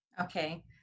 Okay